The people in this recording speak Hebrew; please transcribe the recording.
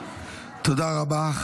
תודה רבה.